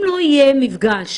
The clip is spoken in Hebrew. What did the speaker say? אם לא יהיה מפגש